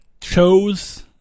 chose